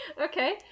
okay